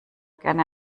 gerne